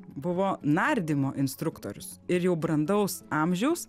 buvo nardymo instruktorius ir jau brandaus amžiaus